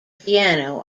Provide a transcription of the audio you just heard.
piano